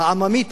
העממית,